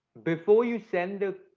before you send the,